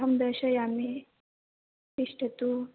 अहं दर्शयमि तिष्ठतु